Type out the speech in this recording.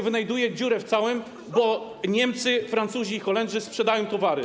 Wynajduje się dziurę w całym, bo Niemcy, Francuzi i Holendrzy sprzedają towary.